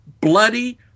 bloody